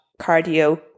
cardio